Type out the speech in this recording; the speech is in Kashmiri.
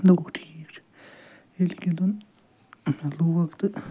ٹھیٖک چھُ ییٚلہِ گِنٛدُن مےٚ لوگ تہٕ